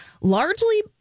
largely